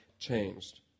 changed